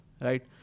right